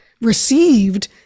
received